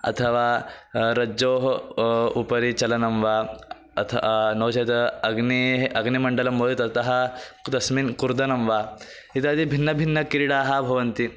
अथवा रज्जोः उपरि चलनं वा अथ नो चेत् अग्नेः अग्निमण्डलं बवि ततः किं तस्मिन् कूर्दनं वा इत्यादि भिन्नभिन्नक्रीडाः भवन्ति